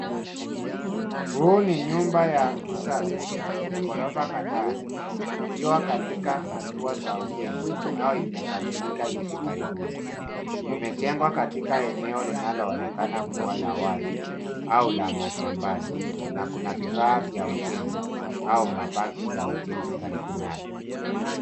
Hii ni nyumba ya kisasa yenye ghorofa kadhaa. Ikiwa katika hatua za ujenzi au imekamilika hivi karibuni. Imejengwa katika eneo linaloonekana kuwa la wazi, au la mashambani na kuna vifaa vya ujenzi au mabaki ya ujenzi karibu nayo.